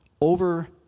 over